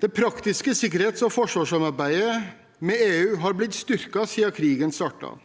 Det praktiske sikkerhets- og forsvarssamarbeidet med EU har blitt styrket siden krigen startet.